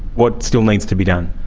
what still needs to be done?